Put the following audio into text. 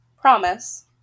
Promise